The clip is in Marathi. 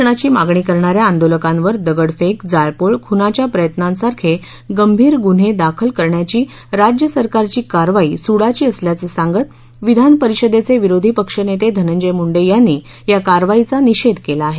मराठा आरक्षणाची मागणी कऱणाऱ्या आंदोलकांवर दगडफेक जाळपोळ खुनाच्या प्रयत्नांसारखे गंभीर गुन्हे दाखल करण्याची राज्य सरकारची कारवाई सूडाची असल्याचं सांगत विधान परिषदेचे विरोधी पक्षनेते धनंजय मुंडे यांनी या कारवाईचा निषेध केला आहे